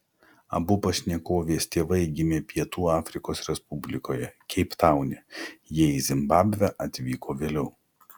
abu pašnekovės tėvai gimė pietų afrikos respublikoje keiptaune jie į zimbabvę atvyko vėliau